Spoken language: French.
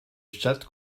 chatte